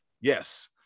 Yes